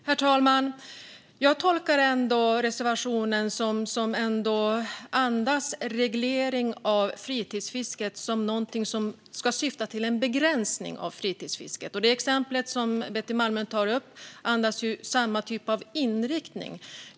Herr talman! Min tolkning är ändå att reservationen andas reglering och någonting som ska syfta till en begränsning av fritidsfisket, och det exempel som Betty Malmberg tar upp andas samma typ av inriktning.